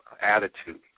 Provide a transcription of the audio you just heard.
attitude